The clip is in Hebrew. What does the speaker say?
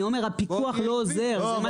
אני אומר, הפיקוח לא עוזר.